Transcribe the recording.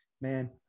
Man